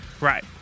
Right